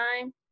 time